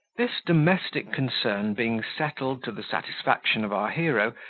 this domestic concern being settled to the satisfaction of our hero,